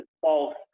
false